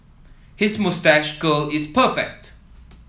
his moustache curl is perfect